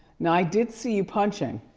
now, i did see you punching.